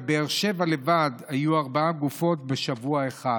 בבאר שבע לבד היו ארבע גופות בשבוע אחד.